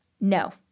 no